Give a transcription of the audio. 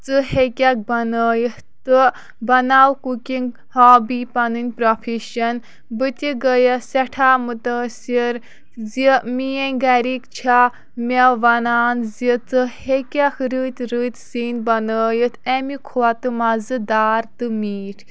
ژٕ ہٮ۪کٮ۪کھ بنٲیِتھ تہٕ بناو کُکِنٛگ ہابی پَنٕنۍ پرٛوفیٚشَن بہٕ تہِ گٔیَس سٮ۪ٹھاہ مُتٲثِر زِ میٛٲنۍ گَرِکۍ چھا مےٚ وَنان زِ ژٕ ہٮ۪کَکھ رٕتۍ رٕتۍ سِنۍ بَنٲوِتھ اَمہِ کھۄتہٕ مَزٕدار تہٕ میٖٹھۍ